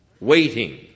waiting